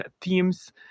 teams